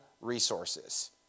resources